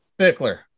Bickler